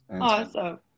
Awesome